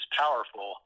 powerful